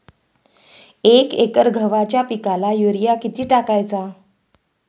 एक एकर गव्हाच्या पिकाला युरिया किती टाकायचा?